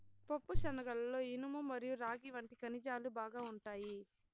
పప్పుశనగలలో ఇనుము మరియు రాగి వంటి ఖనిజాలు బాగా ఉంటాయి